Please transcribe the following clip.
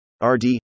RD